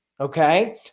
okay